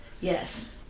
Yes